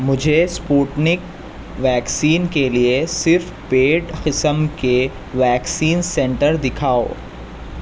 مجھے Sputnik vaccine کے لیے صرف پیڈ قسم کے ویکسین سینٹر دکھاؤ